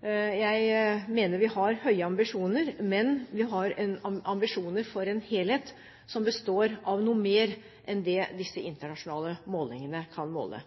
Jeg mener vi har høye ambisjoner, men vi har ambisjoner om en helhet som består av noe mer enn det disse internasjonale målingene kan vise.